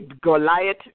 Goliath